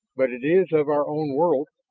but it is of our own world.